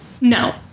No